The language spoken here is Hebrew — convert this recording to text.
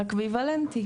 אקוויוולנטי.